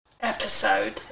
episode